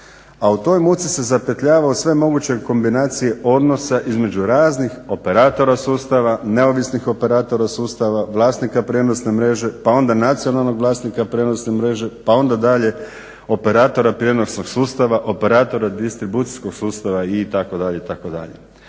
a u toj muci se zapetljava u sve moguće kombinacije odnosa između raznih operatora sustava, neovisnih operatora sustava, vlasnika prijenosne mreže pa onda nacionalnog vlasnika prijenosne mreže pa onda dalje operatora prijenosnog sustava, operatora distribucijskog sustava itd.,